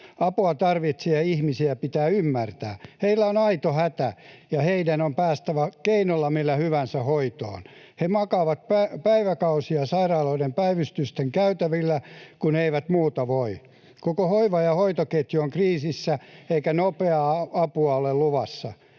Apua tarvitsevia ihmisiä pitää ymmärtää. Heillä on aito hätä, ja heidän on päästävä keinolla millä hyvänsä hoitoon. He makaavat päiväkausia sairaaloiden päivystysten käytävillä, kun eivät muuta voi. Koko hoiva- ja hoitoketju on kriisissä, eikä nopeaa apua ole luvassa.